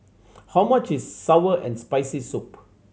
how much is sour and Spicy Soup